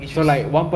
which is